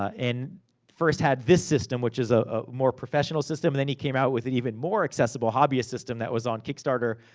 and first had this system, which is a ah more professional system, then he came out with a even more accessible hobbyist system, that was on kickstarter,